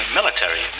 military